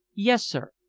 yes, sir.